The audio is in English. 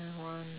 then want